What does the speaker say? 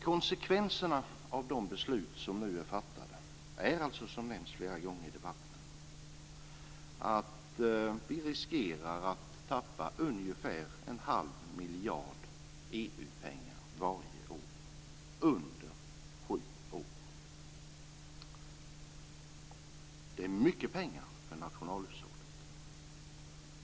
Konsekvenserna av de beslut som nu är fattade är alltså - som nämnts flera gånger i debatten - att vi riskerar att tappa ungefär en halv miljard EU-pengar varje år under sju år. Det är mycket pengar för nationalhushållet.